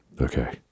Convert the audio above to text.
Okay